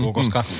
koska